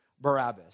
Barabbas